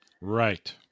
right